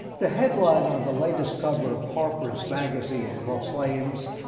the headline on the latest cover of harper's magazine proclaims,